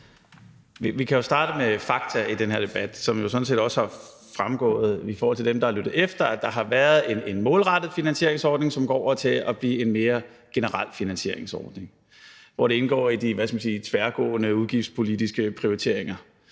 Vi kan jo starte med fakta i den her debat, som sådan set også har fremgået for dem, der har lyttet efter, altså at der har været en målrettet finansieringsordning, som går over til at blive en mere generel finansieringsordning, hvor det indgår i de, hvad skal man sige, tværgående udgiftspolitiske prioriteringer.